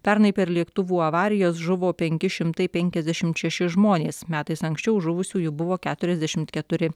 pernai per lėktuvų avarijas žuvo penki šimtai penkiasdešimt šeši žmonės metais anksčiau žuvusiųjų buvo keturiasdešimt keturi